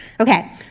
Okay